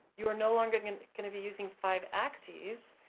you're no longer gonna gonna be using five axes,